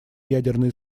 ядерное